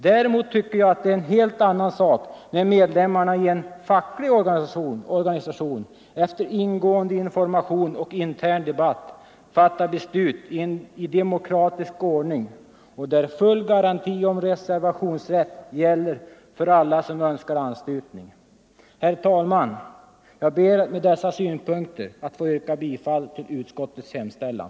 Däremot tycker jag att det är en helt annan sak när medlemmarna i en facklig organisation efter ingående information och intern debatt fattar beslut i demokratisk ordning, och där full garanti om reservationsrätt gäller för alla som inte önskar anslutning. Herr talman! Jag ber med dessa synpunkter att få yrka bifall till utskottets hemställan.